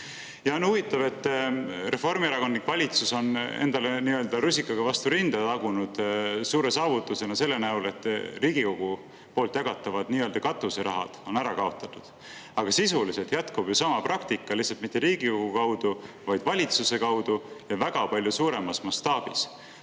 On huvitav, et reformierakondlik valitsus on endale nii-öelda rusikaga vastu rinda tagunud, ja nad peavad suureks saavutuseks seda, et Riigikogu poolt jagatavad nii-öelda katuserahad on ära kaotatud. Aga sisuliselt jätkub ju sama praktika, lihtsalt mitte Riigikogu, vaid valitsuse kaudu, ja väga palju suuremas mastaabis.